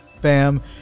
bam